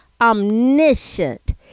omniscient